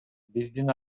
биздин